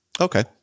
Okay